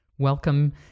Welcome